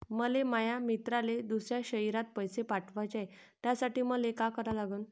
मले माया मित्राले दुसऱ्या शयरात पैसे पाठवाचे हाय, त्यासाठी मले का करा लागन?